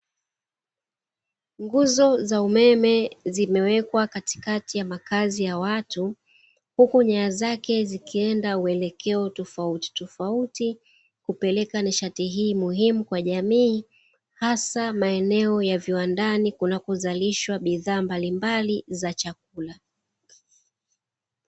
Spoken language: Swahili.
Nguzo za umeme zimewekwa katikati ya makazi ya watu, huku nyaya zake zikienda uelekeo tofautitofauti, kupeleka nishati hii muhimu kwa jamii, hasa maeneo ya viwandani kunakozalishwa bidhaa mbalimbali za chakula.